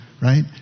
right